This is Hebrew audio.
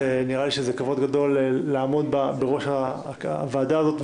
נראה לי שזה כבוד גדול לעמוד בראש הוועדה הזאת,